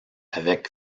avec